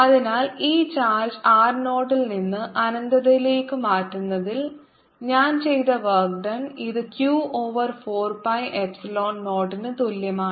അതിനാൽ ഈ charge r 0 ൽ നിന്ന് അനന്തതയിലേക്ക് മാറ്റുന്നതിൽ ഞാൻ ചെയ്ത വർക്ക് ഡൺ ഇത് q ഓവർ 4 pi എപ്സിലോൺ 0 ന് തുല്യമാണ്